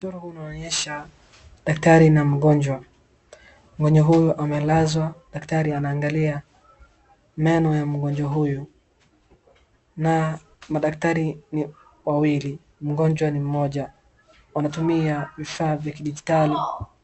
Mchoro huu unaonyesha daktari na mgonjwa. Mgonjwa huyu amelazwa. Daktari anaangalia meno ya mgonjwa huyu. Na madaktari ni wawili. Mgonjwa ni mmoja. Wanatumia vifaa vya kidijitali.